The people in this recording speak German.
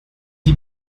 die